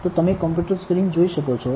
તો તમે computer screen જોઈ શકો છો